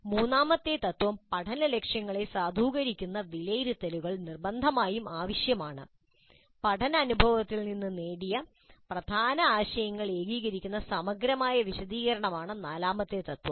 മൂന്നാമത്തെ തത്ത്വം പഠന ലക്ഷ്യങ്ങളെ സാധൂകരിക്കുന്ന വിലയിരുത്തലുകൾ നിർബന്ധമായും ആവശ്യമാണ് കൂടെ പഠന അനുഭവത്തിൽ നിന്ന് നേടിയ പ്രധാന ആശയങ്ങൾ ഏകീകരിക്കുന്നതിനുള്ള സമഗ്രമായ വിശദീകരണമാണ് നാലാമത്തെ തത്ത്വം